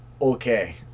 okay